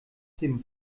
dem